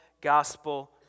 gospel